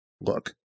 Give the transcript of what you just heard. look